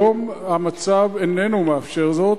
היום המצב איננו מאפשר זאת,